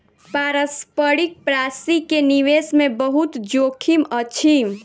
पारस्परिक प्राशि के निवेश मे बहुत जोखिम अछि